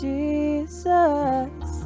Jesus